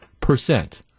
percent